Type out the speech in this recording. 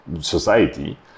society